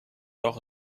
doch